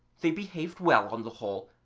they behaved well on the whole,